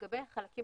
לגבי החלקים